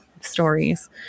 stories